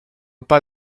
pas